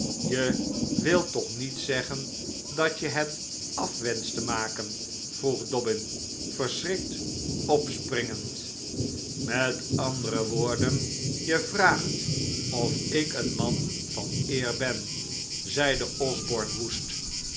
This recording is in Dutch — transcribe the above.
je wilt toch niet zeggen dat je het af wenscht te maken vroeg dobbin verschrikt opspringend met andere woorden je vraagt of ik een man van eer ben zeide osborne woest